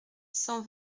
cent